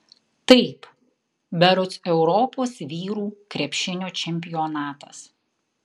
taip berods europos vyrų krepšinio čempionatas